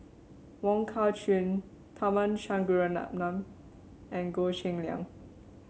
Wong Kah Chun Tharman Shanmugaratnam and Goh Cheng Liang